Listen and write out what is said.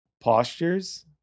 postures